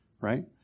Right